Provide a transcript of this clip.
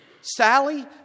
Sally